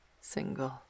single